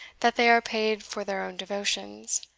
that they are paid for their own devotions,